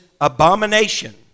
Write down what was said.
abomination